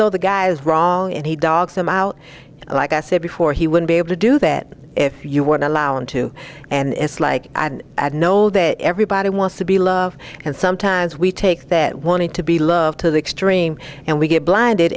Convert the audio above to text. though the guys wrong and he dogs them out like i said before he would be able to do that if you would allow him to and it's like i don't know that everybody wants to be loved and sometimes we take that wanting to be loved to the extreme and we get blinded